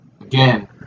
Again